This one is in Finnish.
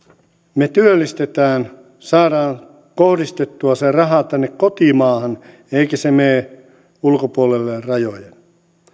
me työllistämme saamme kohdistettua sen rahan tänne kotimaahan eikä se mene ulkopuolelle rajojen